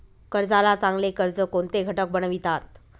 कर्जाला चांगले कर्ज कोणते घटक बनवितात?